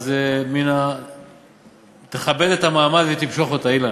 אז תכבד את המעמד ותמשוך אותה, אילן.